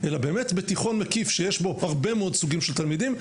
אלא באמת בתיכון מקיף שיש בו הרבה מאד סוגים של תלמידים,